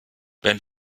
wenn